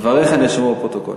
דבריך נרשמו בפרוטוקול.